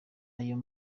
ayo